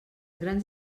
grans